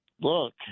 look